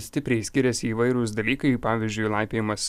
stipriai skiriasi įvairūs dalykai pavyzdžiui laipiojimas